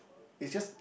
it's just